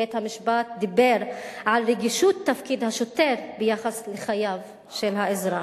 בית-המשפט דיבר על רגישות תפקיד השוטר ביחס לחייו של האזרח.